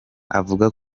avuga